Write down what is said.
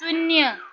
शून्य